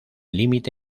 límite